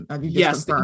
Yes